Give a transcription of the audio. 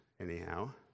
anyhow